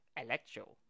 electro